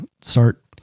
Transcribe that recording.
start